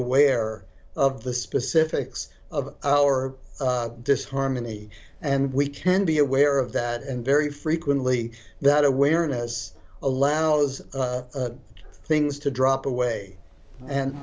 aware of the specifics of our disharmony and we can be aware of that and very frequently that awareness allows things to drop away and